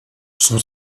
son